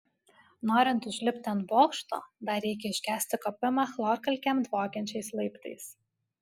norint užlipti ant bokšto dar reikia iškęsti kopimą chlorkalkėm dvokiančiais laiptais